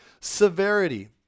Severity